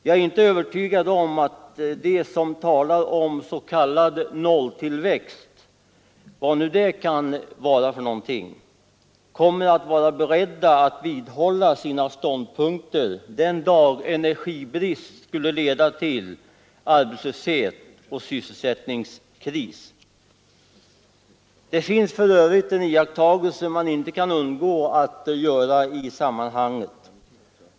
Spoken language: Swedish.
Jag är inte övertygad om att de som talar om s.k. nolltillväxt — vad nu det kan vara för någonting — kommer att vara beredda att vidhålla sina ståndpunkter den dag då energibristen skulle leda till arbetslöshet och sysselsättningskris. Det finns för övrigt en iakttagelse som man inte kan undgå att göra i sammanhanget.